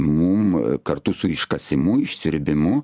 mum kartu su iškasimu išsiurbimu